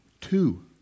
Two